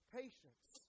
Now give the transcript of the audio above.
patience